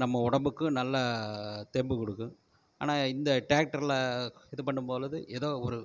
நம்ம உடம்புக்கு நல்ல தெம்பு கொடுக்கும் ஆனால் இந்த டிராக்டரில் இது பண்ணும் பொழுது ஏதோ ஒரு